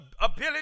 ability